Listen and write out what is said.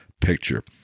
picture